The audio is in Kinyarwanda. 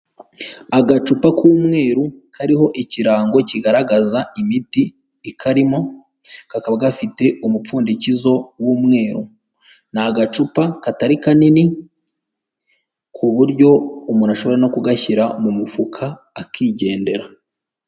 Agacupa k'umweru kariho ikirango kigaragaza imiti ikarimo kakaba gafite umupfundikizo w'umweru, ni agacupa katari kanini ku buryo umuntu ashobora no kugashyira mu mufuka akigendera.